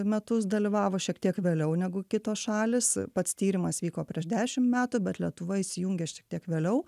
metus dalyvavo šiek tiek vėliau negu kitos šalys pats tyrimas vyko prieš dešimt metų bet lietuva įsijungė šiek tiek vėliau